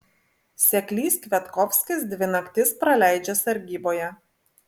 seklys kviatkovskis dvi naktis praleidžia sargyboje